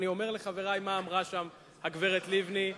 אני אומר לחברי מה אמרה שם הגברת לבני,